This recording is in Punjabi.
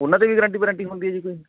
ਉਹਨਾਂ 'ਤੇ ਵੀ ਗਰੰਟੀ ਵਰੰਟੀ ਹੁੰਦੀ ਹੈ ਜੀ ਕੋਈ